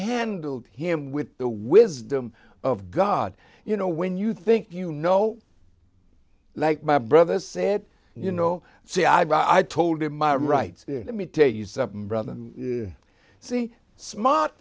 handled him with the wisdom of god you know when you think you know like my brother said you know see i've told him my rights let me tell you something brother see smart